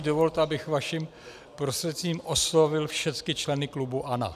Dovolte, abych vaším prostřednictvím oslovil všecky členy klubu ANO.